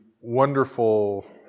wonderful